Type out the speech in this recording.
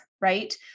right